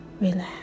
relax